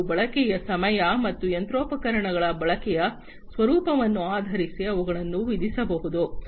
ಮತ್ತು ಬಳಕೆಯ ಸಮಯ ಮತ್ತು ಯಂತ್ರೋಪಕರಣಗಳ ಬಳಕೆಯ ಸ್ವರೂಪವನ್ನು ಆಧರಿಸಿ ಅವುಗಳನ್ನು ವಿಧಿಸಬಹುದು